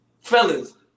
fellas